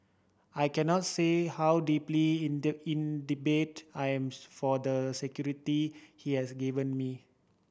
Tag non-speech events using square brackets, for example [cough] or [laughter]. I cannot say how deeply [unintelligible] indebted I am for the security he has given me